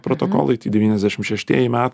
protokolai tai devyniasdešim šeštieji metai